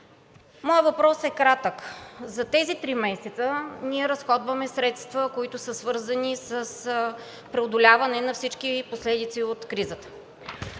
Моят въпрос е кратък: за тези три месеца ние разходваме средства, които са свързани с преодоляване на всички последици от кризата.